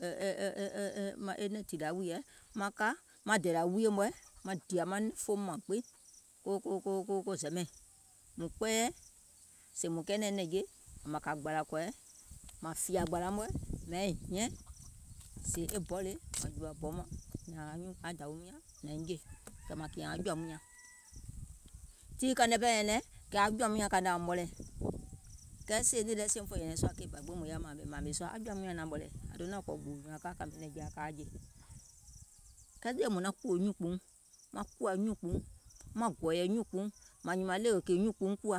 nɛ̀ŋ tìwìȧ wùìyèɛ maŋ ka maŋ dèlȧ wuiyè mɔ̀ɛ̀ maŋ dììyȧ nɛ̀ŋfooum mȧŋ gbiŋ ko ko ko ko zɛmɛɛìŋ, mùŋ kpɛɛyɛ̀ sèè mùŋ kɛɛnɛ̀ŋ nɛ̀ŋje, mȧŋ kȧ gbȧlȧkɔ̀ɛ mȧŋ fìyȧ gbȧlȧ mɔ̀ɛ̀ mȧiŋ hiɛ̀ŋ, sèè e bɔ le, mȧŋ jùȧ bɔ mɔìŋ mȧŋ nyȧȧŋ dȧwium nyȧŋ nȧiŋ jè kɛ̀ mȧŋ kìɛ̀ŋ aŋ jɔ̀ȧum nyȧŋ. Tii kȧìŋ nɛ pɛɛ nyɛnɛŋ aŋ jɔ̀ȧum nyȧŋ kàìŋ nɛ aum ɓɔlɛ̀ɛ̀, kɛɛ sèè nìì lɛ sie muŋ fè nyɛ̀nɛ̀ŋ sùȧ keì bà gbiŋ mùŋ yaȧ mȧȧmè mȧȧmè sùȧ, aŋ jɔ̀ȧum nyȧŋ naȧum ɓɔlɛ̀ɛ̀, ȧŋ donȧŋ kɔ̀ gbòò nyùùŋ aŋ ka aŋ kȧmè nɛ̀ŋje aŋ jè. Kɛɛ sèè mùŋ naŋ kùwò nyuùnkpùuŋ, maŋ kùwȧ nyuùnkpùuŋ, maŋ gɔ̀ɔ̀yɛ̀ nyuùnkpùuŋ, mȧŋ nyìmȧŋ ɗèwè kìì nyuùnkpùuŋ kùwa,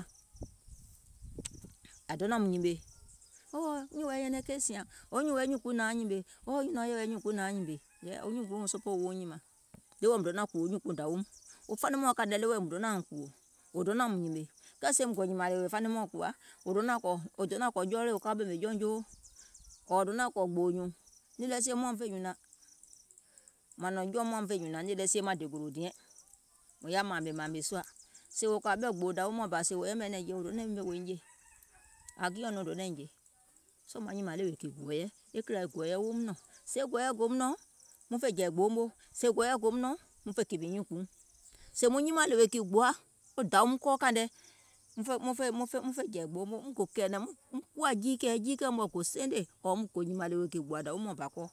ȧŋ donȧum nyìmè, oo, nyùùŋ wɛɛ̀ nyɛnɛŋ keì sìȧŋ, wo nyùùŋ wɛɛ̀ nyuùnkpùuŋ nauŋ nyìmè, oo nyùùŋ wɛɛ̀ nyuùnkpùuŋ nauŋ nyìmè, hɛ̀ɛɛ̀ŋ wo nyùùŋ wɛɛ̀ nyuùnkpùuŋ naŋ sòpoò nyuùnkpùuŋ auŋ nyìmàŋ, ɗeweɛ̀ mùŋ donȧŋ kùwò nyuùnkpùuŋ dȧwium, wo faniŋ mɔɔ̀ŋ kȧnɔ̀ɔŋ ɗeweɛ̀ mùŋ donȧuŋ kùwò wò donȧum nyìmè, kɛɛ sèè muŋ gò nyèmȧŋ ɗèwè faniŋ mɔɔ̀ŋ kùwa wò donȧŋ kɔ̀, wò donȧŋ kɔ̀ jɔɔlèe wo ɓèmè jɔùŋ joo, donȧŋ kɔ̀ gbòò nyùùŋ, nìì lɛ sie muȧŋ fè nyùnȧŋ. Màŋ nɔ̀ŋ muȧŋ fè nyùnȧŋ nìì sie maŋ dè gòlò diɛŋ mùŋ yaȧ mȧȧmè mȧȧmè sùȧ, sèè wò kɔ̀ȧ gbòò dȧwiuŋ bà wò yɛmɛ̀o nɛ̀ŋje wò do niŋ nȧŋ jè, ȧŋ kiɛ̀uŋ nɔŋ wò donȧiŋ jè, sɔɔ̀ maŋ nyìmȧŋ ɗèwè kìì gɔ̀ɔ̀yɛ, e kìlȧ e gɔ̀ɔ̀yɛ yeum nɔ̀ŋ, e gɔ̀ɔ̀yɛ goum nɔ̀ŋ muŋ fè jɛ̀ì gboo moo, gɔ̀ɔ̀yɛ gòum nɔ̀ŋ muŋ fè kèpè nyuùnkpùuŋ, sèè muŋ nyimȧȧŋ ɗèwè kìì gbòa wo dȧwium kɔɔ kȧìŋ nɛ, muŋ fè muŋ fè muŋ fè jɛ̀ì gboo moo, muŋ kuwȧ jiikɛ̀ɛ e jiikɛ̀ɛ mɔ̀ɛ̀ gò seenè ɔ̀ɔ̀ muŋ gò nyìmȧŋ ɗèwè kìì dȧwi mɔɔ̀ŋ bȧ gbòȧ kɔɔ.